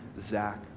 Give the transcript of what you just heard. Zach